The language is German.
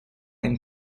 ein